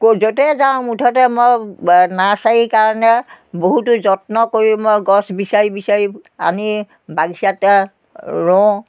ক'ত য'তে যাওঁ মুঠতে মই নাৰ্চাৰীৰ কাৰণে বহুতো যত্ন কৰি মই গছ বিচাৰি বিচাৰি আনি বাগিচাতে ৰুওঁ